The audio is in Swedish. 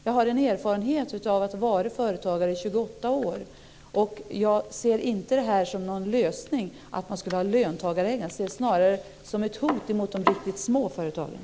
Jag har en erfarenhet av att ha varit företagare i 28 år, och jag ser det inte som någon lösning att ha löntagarägande. Jag ser det snarare som ett hot mot de riktigt små företagen.